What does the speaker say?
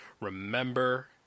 remember